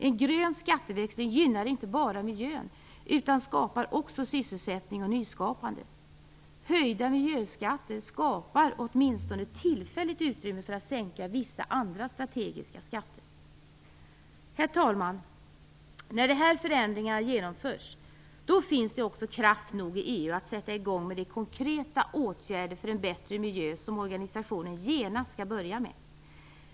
En grön skatteväxling gynnar inte bara miljön utan skapar också sysselsättning och nyskapande. Höjda miljöskatter skapar åtminstone tillfälligt utrymme för att sänka vissa andra strategiska skatter. Herr talman! När de här förändringarna genomförts, finns det också kraft nog i EU att vidta de konkreta åtgärder för en bättre miljö som organisationen genast skall börja med.